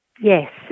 Yes